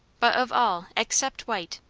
but of all, except white,